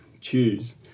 choose